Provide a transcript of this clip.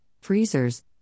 freezers